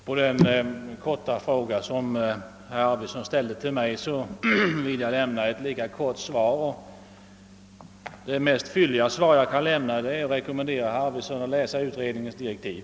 Herr talman! På den korta fråga herr Arvidson ställde till mig vill jag lämna ett lika kort svar, och det mest fylliga jag kan ge är att rekommendera herr Arvidson att läsa utredningens direktiv.